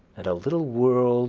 and a little world